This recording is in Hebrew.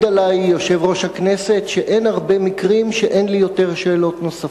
עלי יושב-ראש הכנסת שאין הרבה מקרים שאין לי שאלות נוספות.